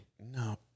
No